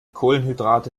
kohlenhydrate